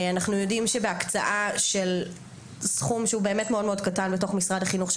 אנחנו יודעים שבהקצאה של סכום שהוא באמת מאוד קטן בתוך משרד החינוך,